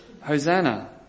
Hosanna